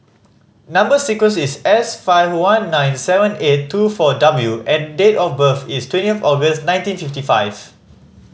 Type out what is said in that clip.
number sequence is S five one nine seven eight two four W and date of birth is twenty August nineteen fifty five